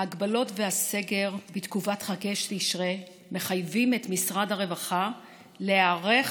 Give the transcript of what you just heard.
ההגבלות והסגר בתקופת חגי תשרי מחייבים את משרד הרווחה להיערך